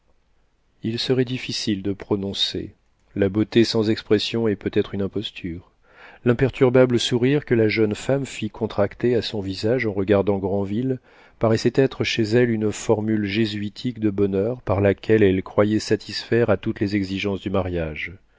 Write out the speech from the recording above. il serait difficile de prononcer la beauté sans expression est peut-être une imposture l'imperturbable sourire que la jeune femme fit contracter à son visage en regardant granville paraissait être chez elle une formule jésuitique de bonheur par laquelle elle croyait satisfaire à toutes les exigences du mariage